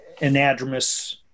anadromous